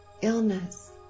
illness